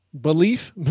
Belief